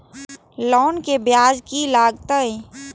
Loan के ब्याज की लागते?